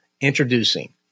Introducing